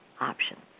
options